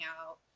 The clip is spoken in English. out